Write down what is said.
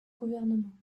gouvernements